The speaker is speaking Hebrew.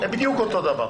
זה בדיוק אותו הדבר.